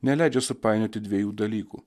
neleidžia supainioti dviejų dalykų